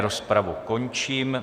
Rozpravu končím.